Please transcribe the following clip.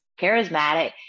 charismatic